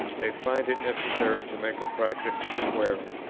they find it necessary to make practice of swearing.